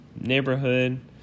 neighborhood